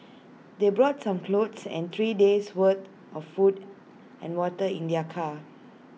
they brought some clothes and three days' worth of food and water in their car